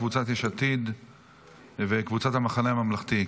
קבוצת יש עתיד וקבוצת המחנה הממלכתי.